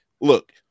Look